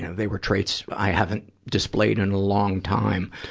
they were traits i haven't displayed in a long time.